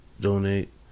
donate